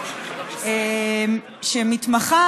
שמתמחה,